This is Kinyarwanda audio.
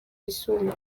yisumbuye